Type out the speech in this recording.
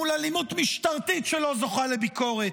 מול אלימות משטרתית שלא זוכה לביקורת,